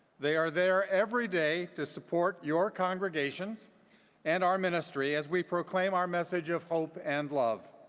they are there every day to support your congregations and our ministry as we proclaim our message of hope and love.